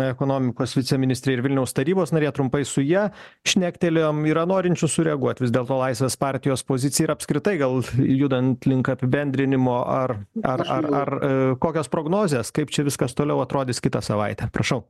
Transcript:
ekonomikos viceministrė ir vilniaus tarybos narė trumpai su ja šnektelėjom yra norinčių sureaguot vis dėlto laisvės partijos poziciją ir apskritai gal judant link apibendrinimo ar ar ar ar i kokios prognozės kaip čia viskas toliau atrodys kitą savaitę prašau